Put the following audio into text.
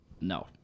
No